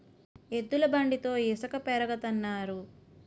ఎద్దుల బండితో ఇసక పెరగతన్నారు